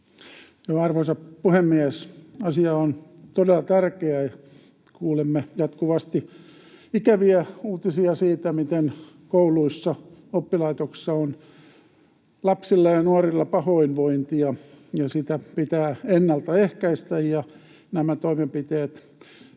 Arvoisa puhemies! Asia on todella tärkeä. Kuulemme jatkuvasti ikäviä uutisia siitä, miten kouluissa, oppilaitoksissa on lapsilla ja nuorilla pahoinvointia. Sitä pitää ennaltaehkäistä, ja nämä toimenpiteet